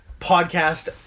podcast